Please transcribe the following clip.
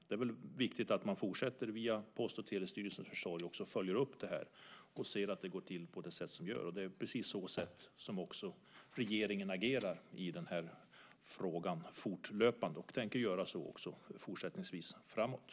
Det är viktigt att man fortsätter att följa upp det här via Post och telestyrelsens försorg och ser att det går till på rätt sätt. Det är också så regeringen agerar fortlöpande och också tänker göra fortsättningsvis i den här frågan.